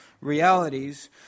realities